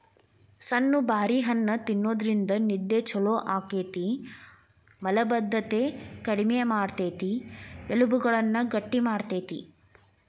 ಸಣ್ಣು ಬಾರಿ ಹಣ್ಣ ತಿನ್ನೋದ್ರಿಂದ ನಿದ್ದೆ ಚೊಲೋ ಆಗ್ತೇತಿ, ಮಲಭದ್ದತೆ ಕಡಿಮಿ ಮಾಡ್ತೆತಿ, ಎಲಬುಗಳನ್ನ ಗಟ್ಟಿ ಮಾಡ್ತೆತಿ